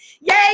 Yay